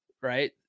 right